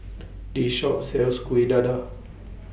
This Shop sells Kueh Dadar